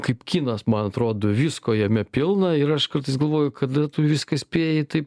kaip kinas man atrodo visko jame pilna ir aš kartais galvoju kada tu viską spėji taip